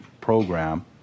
program